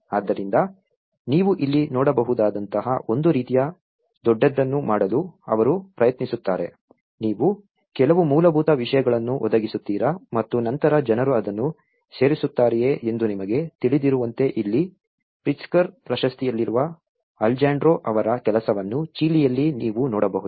ಆದ್ದರಿಂದ ನೀವು ಇಲ್ಲಿ ನೋಡಬಹುದಾದಂತಹ ಒಂದು ರೀತಿಯ ದೊಡ್ಡದನ್ನು ಮಾಡಲು ಅವರು ಪ್ರಯತ್ನಿಸುತ್ತಾರೆ ನೀವು ಕೆಲವು ಮೂಲಭೂತ ವಿಷಯಗಳನ್ನು ಒದಗಿಸುತ್ತೀರಾ ಮತ್ತು ನಂತರ ಜನರು ಅದನ್ನು ಸೇರಿಸುತ್ತಾರೆಯೇ ಎಂದು ನಿಮಗೆ ತಿಳಿದಿರುವಂತೆ ಇಲ್ಲಿ ಪ್ರಿಟ್ಜ್ಕರ್ ಪ್ರಶಸ್ತಿಯಲ್ಲಿರುವ ಅಲೆಜಾಂಡ್ರೊ ಅವರ ಕೆಲಸವನ್ನು ಚಿಲಿಯಲ್ಲಿ ನೀವು ನೋಡಬಹುದು